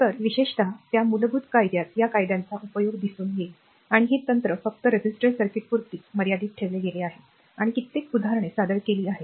तर विशेषत त्या मूलभूत कायद्यात या कायद्यांचा उपयोग दिसून येईल आणि हे तंत्र फक्त रेसिस्टर्स सर्किटपुरतेच मर्यादित ठेवले गेले आहे आणि कित्येक उदाहरणे सादर केली आहेत